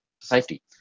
safety